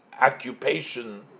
occupation